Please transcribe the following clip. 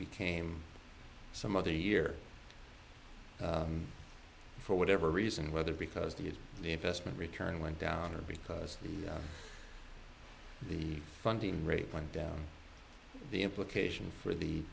became some other year for whatever reason whether because the investment return went down or because the funding rate went down the implication for the